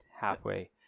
halfway